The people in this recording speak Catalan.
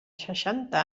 seixanta